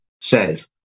says